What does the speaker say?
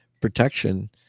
protection